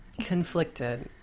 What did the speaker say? Conflicted